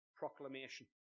proclamation